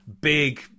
big